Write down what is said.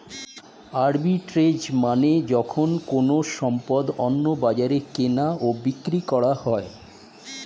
arbitrage মানে যখন কোনো সম্পদ অন্য বাজারে কেনা ও বিক্রি করা হয়